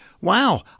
wow